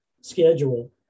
schedule